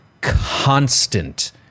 constant